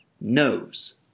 knows